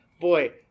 boy